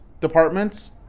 departments